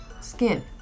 skin